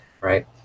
right